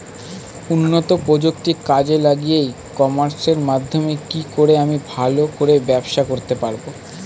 উন্নত প্রযুক্তি কাজে লাগিয়ে ই কমার্সের মাধ্যমে কি করে আমি ভালো করে ব্যবসা করতে পারব?